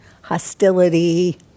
hostility